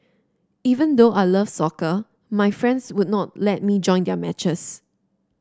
even though I love soccer my friends would not let me join their matches